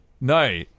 no